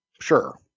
Sure